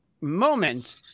moment